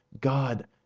God